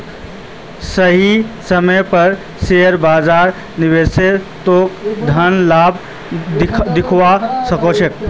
सही समय पर शेयर बाजारत निवेश तोक धन लाभ दिवा सके छे